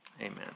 amen